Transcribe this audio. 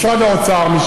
משרד האוצר,